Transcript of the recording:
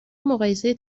مقایسه